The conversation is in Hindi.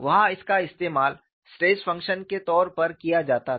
वहां इसका इस्तेमाल स्ट्रेस फंक्शन के तौर पर किया जाता था